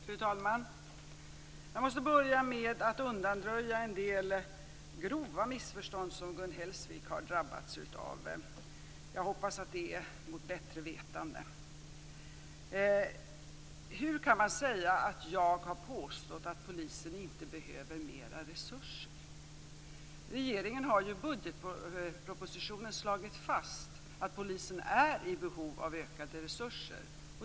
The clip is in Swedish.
Fru talman! Jag måste börja med att undanröja en del grova missförstånd som Gun Hellsvik - mot bättre vetande, hoppas jag - har drabbats av. Hur kan man säga att jag har påstått att polisen inte behöver mera resurser? Regeringen slår ju fast i budgetpropositionen att polisen är i behov av ökade resurser.